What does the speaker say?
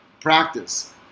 practice